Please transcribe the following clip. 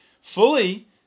fully